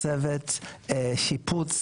צוות שיפוץ,